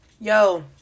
Yo